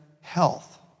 health